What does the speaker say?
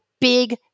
big